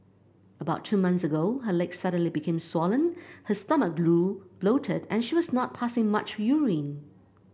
about two months ago her legs suddenly became swollen her stomach grew bloated and she was not passing much urine